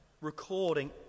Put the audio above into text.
recording